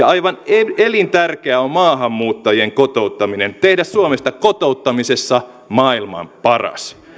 aivan elintärkeää on maahanmuuttajien kotouttaminen tehdä suomesta kotouttamisessa maailman paras